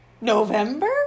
November